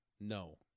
No